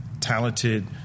talented